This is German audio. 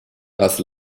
das